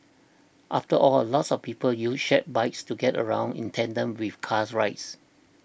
after all lots of people use shared bikes to get around in tandem with cars rides